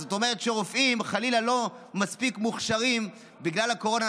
זאת אומרת שרופאים חלילה לא מספיק מוכשרים בגלל הקורונה?